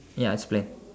ya it's playing